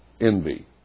envy